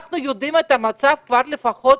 אנחנו יודעים את המצב כבר לפחות